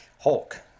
Hulk